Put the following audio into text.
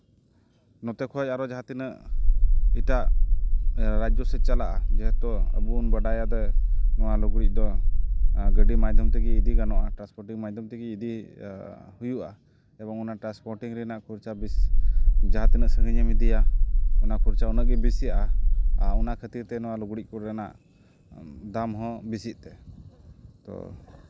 ᱱᱚᱛᱮ ᱠᱷᱚᱱ ᱟᱨ ᱡᱟᱦᱟᱸ ᱛᱤᱱᱟᱹᱜ ᱮᱴᱟᱜ ᱨᱟᱡᱽᱡᱚ ᱥᱮᱫ ᱪᱟᱞᱟᱜᱼᱟ ᱡᱮᱦᱮᱛᱩ ᱟᱵᱚ ᱵᱚᱱ ᱵᱟᱰᱟᱭᱟ ᱫᱚ ᱱᱚᱣᱟ ᱞᱩᱜᱽᱲᱤᱡ ᱫᱚ ᱜᱟᱰᱤ ᱢᱟᱫᱫᱷᱚᱢ ᱛᱮᱜᱮ ᱤᱫᱤ ᱜᱟᱱᱚᱜᱼᱟ ᱴᱨᱟᱱᱥᱯᱳᱴᱤᱝ ᱢᱟᱫᱫᱷᱚᱢ ᱛᱮᱜᱮ ᱤᱫᱤ ᱦᱩᱭᱩᱜᱼᱟ ᱮᱵᱚᱝ ᱚᱱᱟ ᱴᱨᱟᱱᱥᱯᱳᱴᱤᱝ ᱨᱮᱱᱟᱜ ᱠᱷᱚᱨᱪᱟ ᱵᱮᱥ ᱡᱟᱦᱟᱸ ᱛᱤᱱᱟᱹᱜ ᱥᱟᱸᱜᱤᱧ ᱮᱢ ᱤᱫᱤᱭᱟ ᱚᱱᱟ ᱠᱷᱚᱨᱪᱟ ᱩᱱᱟᱹᱜᱮ ᱵᱤᱥᱤᱜᱼᱟ ᱟᱨ ᱚᱱᱟ ᱠᱷᱟᱹᱛᱤᱨ ᱛᱮ ᱱᱚᱣᱟ ᱞᱩᱜᱽᱲᱤᱡ ᱠᱚ ᱨᱮᱱᱟᱜ ᱫᱟᱢ ᱦᱚᱸ ᱵᱤᱥᱤᱜ ᱛᱮ ᱛᱚ